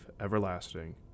everlasting